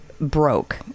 broke